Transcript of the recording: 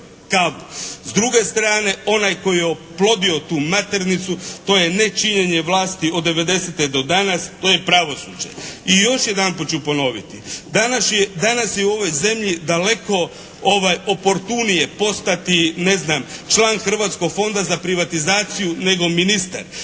S druge strane onaj tko je oplodio tu maternicu to je nečinjenje vlasti od 90. do danas, to je pravosuđe. I još jedanput ću ponoviti. Danas je u ovoj zemlji daleko oportunije postati ne znam član Hrvatskog fonda za privatizaciju nego ministar.